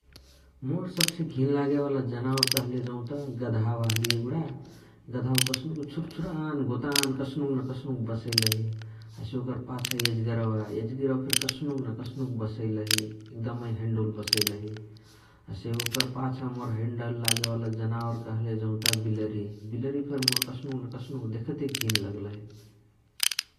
मोर सबसे घिन लागे वाला जनोरा कहले जौत गदहावा हलिय एगुणा । गदहावा कस्नुक छुर छुरान गोतान कस्नुक न कस्नुक बसैलही । हसे ओकर पाछा एजिगरवा । एजिगरवा फेरी कस्नुक न कस्नुक बसैलही एकदमै हैने डौल बसैलही । हसे ओकरा पाछा मोर हैने डौल लागे वाला जनावोर कहले जौत बिलर । बिलर फेरी ओर कस्नुक न कस्नुक देखते घिन लगलही ।